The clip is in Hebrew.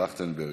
טרכטנברג,